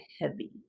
heavy